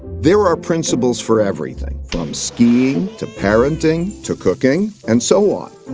there are principles for everything, from skiing to parenting to cooking, and so on.